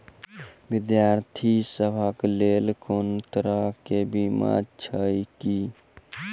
विद्यार्थी सभक लेल कोनो तरह कऽ बीमा छई की?